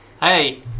Hey